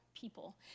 people